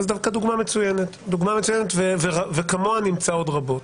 וזו דוגמה מצוינת וכמוה נמצא עוד רבות.